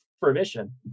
permission